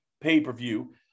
pay-per-view